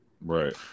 right